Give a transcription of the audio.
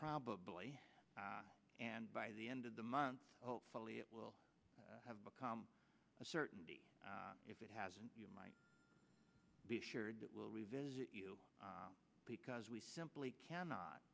probably and by the end of the month hopefully it will have become a certainty if it hasn't you might be assured that we'll revisit you because we simply cannot